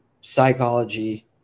psychology